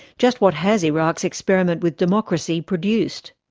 just what has iraq's experiment with democracy produced?